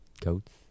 goats